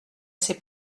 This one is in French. ses